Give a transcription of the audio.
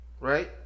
Right